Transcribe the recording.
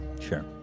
Sure